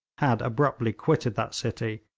had abruptly quitted that city,